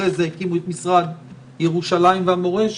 אחרי זה הקימו את משרד ירושלים והמורשת,